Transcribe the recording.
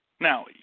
Now